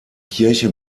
kirche